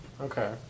okay